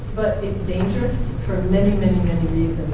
it's dangerous for many, many, many